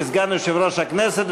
כסגן יושב-ראש הכנסת,